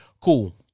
Cool